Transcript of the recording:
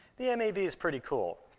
the mav is pretty cool.